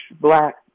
black